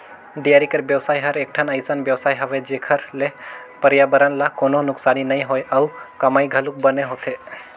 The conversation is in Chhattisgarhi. डेयरी कर बेवसाय हर एकठन अइसन बेवसाय हवे जेखर ले परयाबरन ल कोनों नुकसानी नइ होय अउ कमई घलोक बने होथे